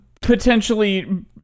potentially